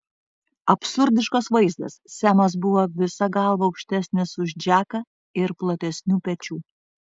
absurdiškas vaizdas semas buvo visa galva aukštesnis už džeką ir platesnių pečių